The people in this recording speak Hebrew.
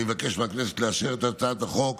אני מבקש מהכנסת לאשר את הצעת החוק